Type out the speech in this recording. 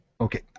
okay